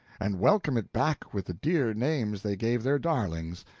and welcome it back with the dear names they gave their darlings,